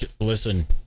listen